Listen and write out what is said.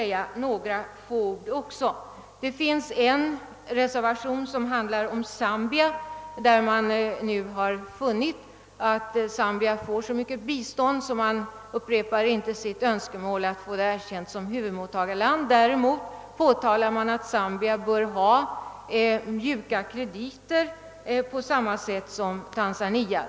Det finns en reservation beträffande Zambia som enligt vad man funnit nu får så mycket bistånd att önskemålet att få landet erkänt som huvudmottagarland inte upprepas. Däremot begärs att Zambia skall få mjuka krediter på samma sätt som Tanzania.